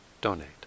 donate